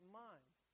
minds